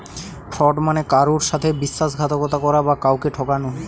fraud মানে কারুর সাথে বিশ্বাসঘাতকতা করা বা কাউকে ঠকানো